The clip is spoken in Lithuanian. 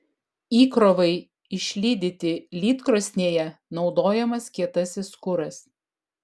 įkrovai išlydyti lydkrosnėje naudojamas kietasis kuras